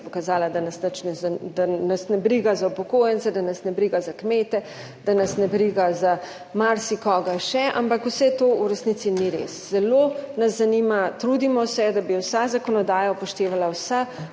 ne za, da nas ne briga za upokojence, da nas ne briga za kmete, da nas ne briga za marsikoga še, ampak vse to v resnici ni res. Zelo nas zanima, trudimo se, da bi vsa zakonodaja upoštevala vsa